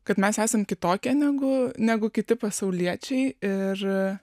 kad mes esam kitokie negu negu kiti pasauliečiai ir